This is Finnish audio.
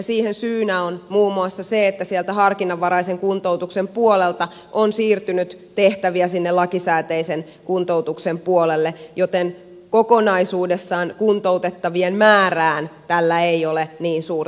siihen syynä on muun muassa se että sieltä harkinnanvaraisen kuntoutuksen puolelta on siirtynyt tehtäviä sinne lakisääteisen kuntoutuksen puolelle joten kokonaisuudessaan kuntoutettavien määrään tällä ei ole niin suurta vaikutusta